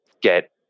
get